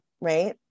right